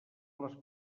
les